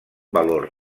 valor